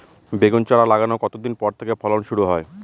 বেগুন চারা লাগানোর কতদিন পর থেকে ফলন শুরু হয়?